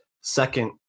second